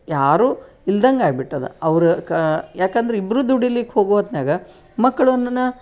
ಯಾರೂ ಇಲ್ದಂಗೆ ಆಗ್ಬಿಟ್ಟಿದೆ ಅವ್ರು ಕ ಯಾಕಂದ್ರೆ ಇಬ್ಬರೂ ದುಡೀಲಿಕ್ಕೆ ಹೋಗೋ ಹೊತ್ನಲ್ಲಿ ಮಕ್ಕಳು ಅನ್ನೋಣ